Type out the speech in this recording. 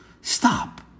Stop